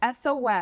SOS